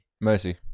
mercy